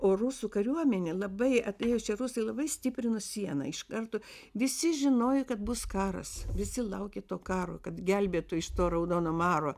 o rusų kariuomenė labai atėjo čia rusai labai stiprino sieną iš karto visi žinojo kad bus karas visi laukė to karo kad gelbėtų iš to raudono maro